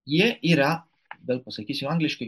jie yra bet pasakysiu angliškai